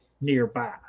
nearby